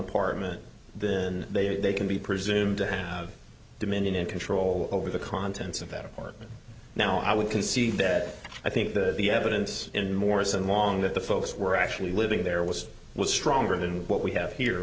apartment then they they can be presumed to have dominion and control over the contents of that apartment now i would concede that i think that the evidence in morrison long that the folks were actually living there was was stronger than what we have here